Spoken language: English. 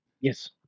Yes